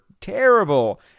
terrible